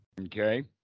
Okay